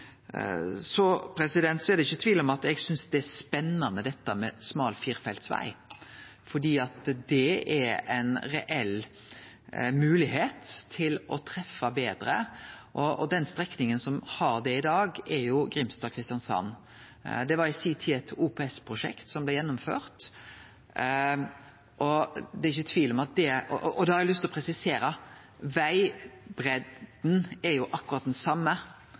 Det er ikkje tvil om at eg synest dette med smal firefeltsveg er spennande, for det er ei reell moglegheit til å treffe betre. Den strekninga som har det i dag, er Grimstad–Kristiansand. Det blei i si tid gjennomført som eit OPS-prosjekt . Da har eg lyst til å presisere at vegbreidda er akkurat den same, men det er vegskuldra som er annleis, og